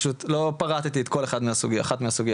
לא פרטתי את כל אחת מהסוגיות.